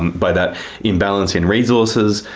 by that imbalance in resources.